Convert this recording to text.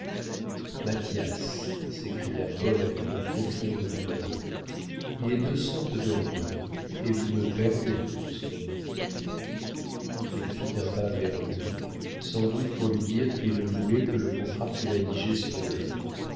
mathias s'écria paul avec une profonde douleur il est deux sortes de ruines et vous me perdez en ce moment il fit un pas vers lui sans doute pour lui dire qu'il voulait que le contrat fût rédigé sur l'heure